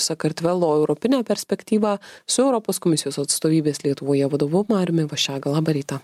sakartvelo europinę perspektyvą su europos komisijos atstovybės lietuvoje vadovu mariumi vaščega labą rytą